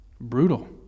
Brutal